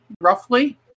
roughly